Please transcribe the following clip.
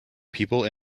people